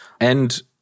And-